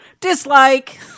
Dislike